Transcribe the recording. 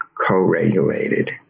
co-regulated